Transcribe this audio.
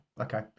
okay